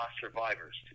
survivors